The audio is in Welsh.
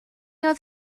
oedd